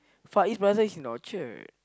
Far-East-Plaza is in Orchard